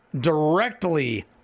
directly